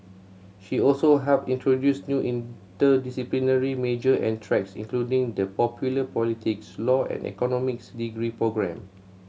she also helped introduce new interdisciplinary major and tracks including the popular politics law and economics degree programme